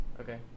Okay